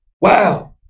Wow